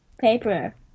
Paper